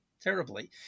terribly